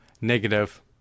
negative